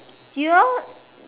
y'all